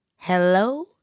Hello